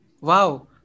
Wow